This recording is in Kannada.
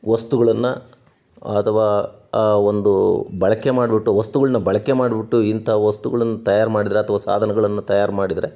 ವಸ್ತುಗಳನ್ನು ಅಥವಾ ಆ ಒಂದು ಬಳಕೆ ಮಾಡಿಬಿಟ್ಟು ವಸ್ತುಗಳನ್ನ ಬಳಕೆ ಮಾಡಿಬಿಟ್ಟು ಇಂಥ ವಸ್ತುಗಳನ್ನು ತಯಾರಿ ಮಾಡಿದರೆ ಅಥವಾ ಸಾಧನಗಳನ್ನು ತಯಾರಿ ಮಾಡಿದರೆ